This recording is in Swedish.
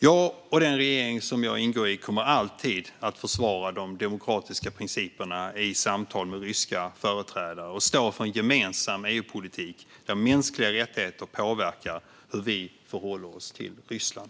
Jag och den regering som jag ingår i kommer alltid att försvara de demokratiska principerna i samtal med ryska företrädare och stå för en gemensam EU-politik där mänskliga rättigheter påverkar hur vi förhåller oss till Ryssland.